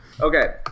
Okay